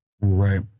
Right